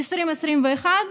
2021,